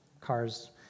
cars